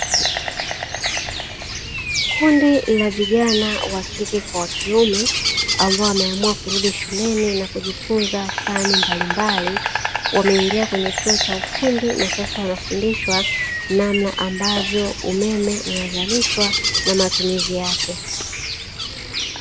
Kundi la vijana wa kike kwa wa kiume ambao wameamua kurudi shuleni na kujifunza fani mbalimbali. Wameingia kwenye chuo cha ufundi na sasa wanafundishwa namna ambavyo umeme unazalishwa na matumizi yake.